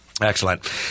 Excellent